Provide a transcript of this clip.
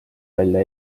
välja